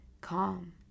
calm